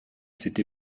cette